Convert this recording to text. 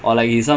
I mean